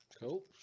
Cool